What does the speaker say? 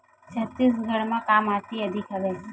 छत्तीसगढ़ म का माटी अधिक हवे?